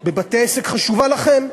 בבתי-עסק חשובה לכם.